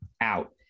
out